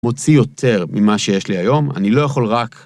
מוציא יותר ממה שיש לי היום, אני לא יכול רק...